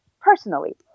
personally